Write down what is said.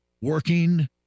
working